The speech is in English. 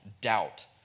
doubt